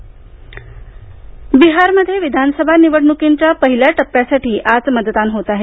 बिहार मतदान बिहारमध्ये विधानसभा निवडणुकांच्या पहिल्या टप्प्यासाठी आज मतदान होत आहे